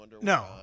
No